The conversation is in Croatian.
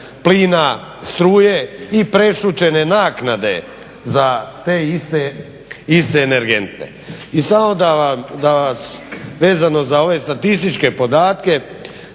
plina, struje i prešućene naknade za te iste energente. I samo da vas, vezano za ove statističke podatke,